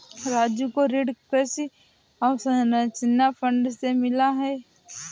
राजू को ऋण कृषि अवसंरचना फंड से मिला है